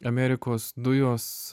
amerikos dujos